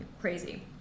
crazy